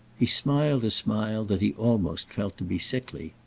he smiled a smile that he almost felt to be sickly.